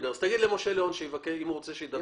תגיד למשה ליאון שאם הוא רוצה, שידבר אתי.